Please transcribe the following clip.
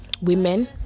women